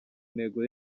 ntego